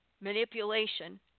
manipulation